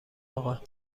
آقا